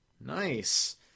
Nice